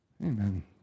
Amen